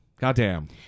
goddamn